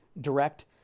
Direct